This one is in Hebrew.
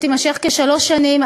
שתימשך כשלוש שנים,